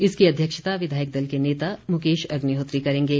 इसकी अध्यक्षता विधायक दल के नेता मुकेश अग्निहोत्री करेंगे